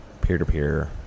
peer-to-peer